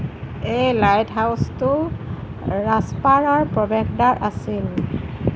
এই লাইটহাউছটো ৰাচ্পাৰৰ প্ৰৱেশদ্বাৰ আছিল